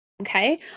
okay